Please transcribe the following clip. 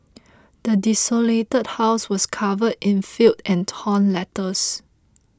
the desolated house was covered in filth and torn letters